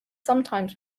sometimes